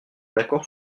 d’accord